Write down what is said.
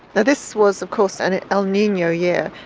this was of course and an el nino year.